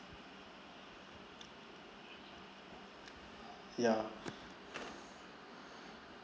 ya